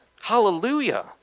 Hallelujah